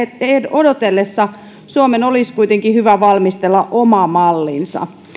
odotellessa suomen olisi kuitenkin hyvä valmistella oma mallinsa